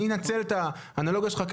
אני אצל את האנלוגיה שלך,